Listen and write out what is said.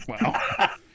Wow